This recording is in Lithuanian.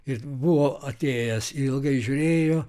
ir buvo atėjęs ilgai žiūrėjo